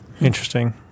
Interesting